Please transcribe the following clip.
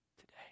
today